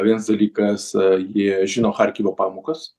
viens dalykas jie žino charkivo pamokas